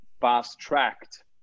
fast-tracked